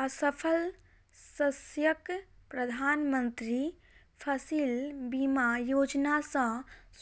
असफल शस्यक प्रधान मंत्री फसिल बीमा योजना सॅ